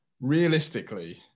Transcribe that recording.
realistically